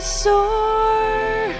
sore